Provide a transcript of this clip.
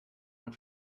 one